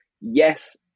yes